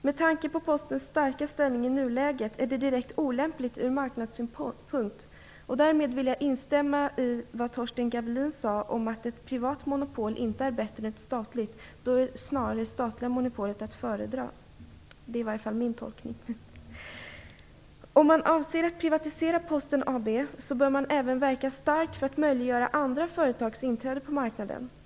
Med tanke på Postens starka ställning i nuläget är det direkt olämpligt från marknadssynpunkt. Därmed vill jag instämma i vad Torsten Gavelin sade om att ett privat monopol inte är bättre än ett statligt. Då är snarare det statliga monopolet att föredra; det är i varje fall min uppfattning. Om man avser att privatisera Posten AB bör man även verka starkt för att möjliggöra andra företags inträde på marknaden.